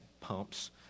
pumps